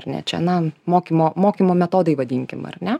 ar ne čia na mokymo mokymo metodai vadinkim ar ne